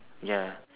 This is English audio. ya